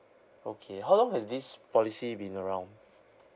okay how long has this policy been around